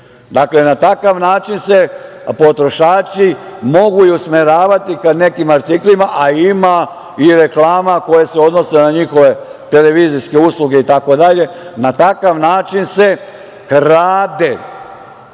Dakle, na takav način se potrošači mogu i usmeravati ka nekim artiklima, a ima i reklama koje se odnose na njihove televizijske usluge, itd. Na takav način se krade